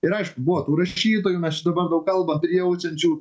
ir aišku buvo tų rašytojų mes čia dabar daug kalbam prijaučiančių